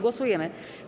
Głosujemy.